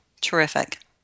Terrific